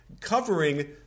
covering